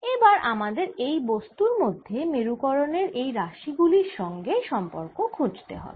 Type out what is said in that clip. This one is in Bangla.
এবার আমাদের এই বস্তুর মধ্যে মেরুকরনের এই রাশি গুলির সঙ্গে সম্পর্ক খুঁজতে হবে